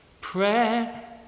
Prayer